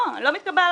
לצאת.